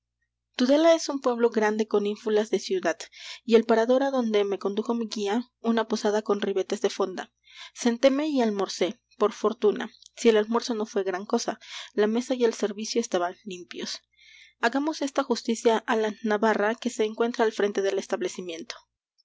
tudela es un pueblo grande con ínfulas de ciudad y el parador adonde me condujo mi guía una posada con ribetes de fonda sentéme y almorcé por fortuna si el almuerzo no fué gran cosa la mesa y el servicio estaban limpios hagamos esta justicia á la navarra que se encuentra al frente del establecimiento